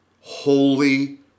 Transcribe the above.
holy